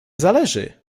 zależy